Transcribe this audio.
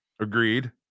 agreed